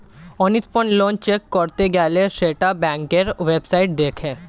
অনিষ্পন্ন loan check করতে গেলে সেটা ব্যাংকের ওয়েবসাইটে দেখে